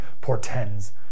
portends